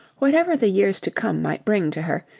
whatever the years to come might bring to her,